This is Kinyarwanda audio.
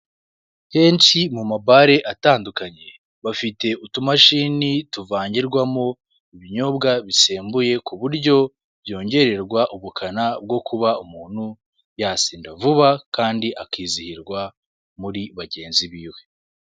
Henshi mu mabare atandukanye, bafite utumashini tuvangirwamo ibinyobwa bisembuye ku buryo byongererwa ubukana bwo kuba umuntu yasinda vuba kandi akizihirwa muri bagenzi biwe.